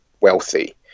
wealthy